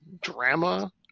drama